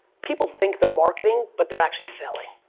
people think they're marketing, but they're actually selling.